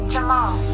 Jamal